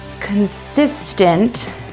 consistent